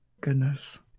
Goodness